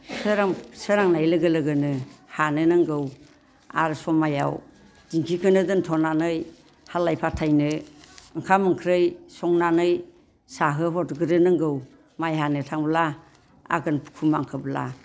सोरां सोरांनाय लोगो लोगोनो हानो नांगौ आरो समायाव दिंखिखौनो दोन्थ'नानै हालाय फाथायनो ओंखाम ओंख्रि संनानै जाहोहरग्रोनो नांगौ माइ हानो थांब्ला आघोन पुह मागोब्ला